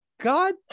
god